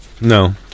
No